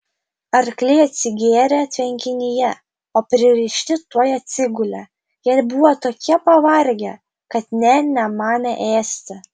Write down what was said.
arkliai atsigėrė tvenkinyje o pririšti tuoj atsigulė jie buvo tokie pavargę kad nė nemanė ėsti